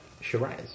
Shiraz